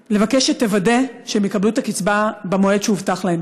שתוודא שהם יקבלו את הקצבה במועד שהובטח להם,